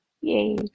yay